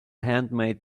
handmade